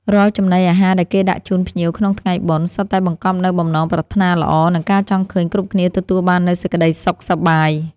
រាល់ចំណីអាហារដែលគេដាក់ជូនភ្ញៀវក្នុងថ្ងៃបុណ្យ សុទ្ធតែបង្កប់នូវបំណងប្រាថ្នាល្អ និងការចង់ឃើញគ្រប់គ្នាទទួលបាននូវសេចក្តីសុខសប្បាយ។